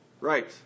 Right